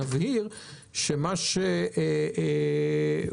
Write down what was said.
אנחנו נגיע בהמשך לסעיף שנוגע למודל ההסדרה,